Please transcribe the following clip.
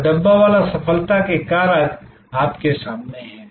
तो डब्बावाला सफलता के कारक आपके सामने हैं